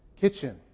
Kitchen